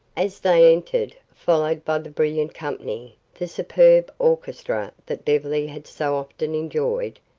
as they entered, followed by the brilliant company, the superb orchestra that beverly had so often enjoyed,